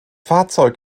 fahrzeug